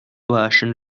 version